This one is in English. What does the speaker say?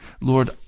Lord